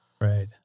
Right